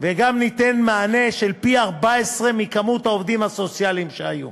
וגם ניתן מענה של פי-14 ממספר העובדים הסוציאליים שהיו.